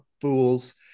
fools